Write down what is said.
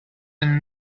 and